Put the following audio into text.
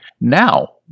Now